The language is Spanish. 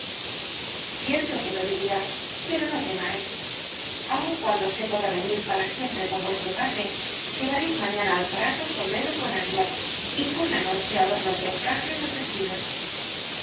cierto que lo diría pero no temáis aun cuando sepa de reñir para siempre con vuestro padre llevaréis mañana al prado sombrero con águila y por la noche adornos de encaje en los vestidos